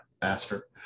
faster